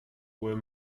were